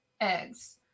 Eggs